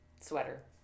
Sweater